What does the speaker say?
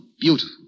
beautiful